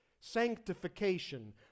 Sanctification